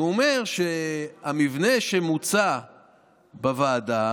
הוא אומר שהמבנה שמוצע בוועדה